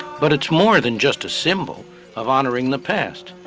but it is more than just a symbol of honoring the past.